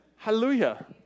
Hallelujah